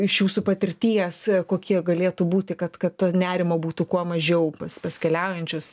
iš jūsų patirties kokie galėtų būti kad kad to nerimo būtų kuo mažiau pas pas keliaujančius